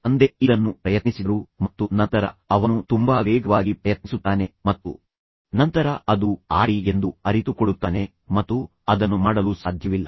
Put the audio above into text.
ತಂದೆ ಇದನ್ನು ಪ್ರಯತ್ನಿಸಿದರು ಮತ್ತು ನಂತರ ಅವನು ತುಂಬಾ ವೇಗವಾಗಿ ಪ್ರಯತ್ನಿಸುತ್ತಾನೆ ಮತ್ತು ನಂತರ ಅದು ಆಡಿ ಎಂದು ಅರಿತುಕೊಳ್ಳುತ್ತಾನೆ ಮತ್ತು ನಂತರ ನೀವು ಅದನ್ನು ಮಾಡಲು ಸಾಧ್ಯವಿಲ್ಲ